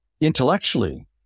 intellectually